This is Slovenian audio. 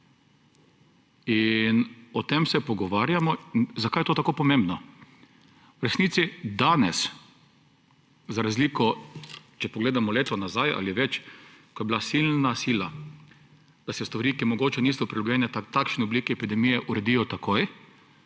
O tem se pogovarjamo. Zakaj je to tako pomembno? V resnici danes za razliko, če pogledamo leto nazaj ali več, ko je bila silna sila, pa so stvari, ki mogoče niso problemi v takšni obliki epidemije, uredijo takoj.